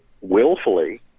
willfully